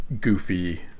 goofy